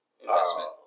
investment